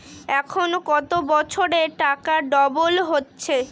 এখন কত বছরে টাকা ডবল হচ্ছে?